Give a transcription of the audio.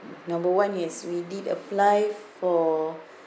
number one is we did apply for